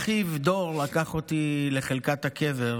אחיו דור לקח אותי לחלקת הקבר.